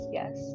yes